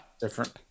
different